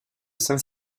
saint